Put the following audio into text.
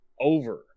over